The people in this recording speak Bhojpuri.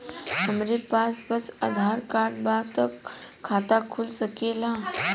हमरे पास बस आधार कार्ड बा त खाता खुल सकेला?